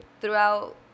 throughout